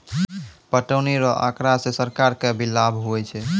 पटौनी रो आँकड़ा से सरकार के भी लाभ हुवै छै